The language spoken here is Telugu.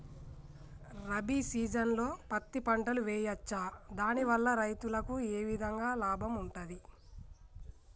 రబీ సీజన్లో పత్తి పంటలు వేయచ్చా దాని వల్ల రైతులకు ఏ విధంగా లాభం ఉంటది?